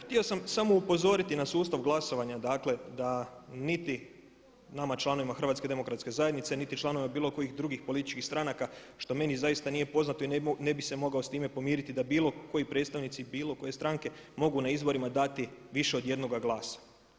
Htio sam samo upozoriti na sustav glasovanja da niti nama članovima HDZ-a niti članovima bilo kojih drugih političkih stranaka što meni zaista nije poznato i ne bi se mogao s time pomiriti da bilo koji predstavnici bilo koje stranke mogu na izborima dati više od jednoga glasa.